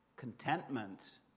Contentment